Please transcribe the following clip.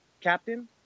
captain